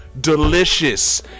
delicious